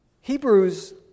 Hebrews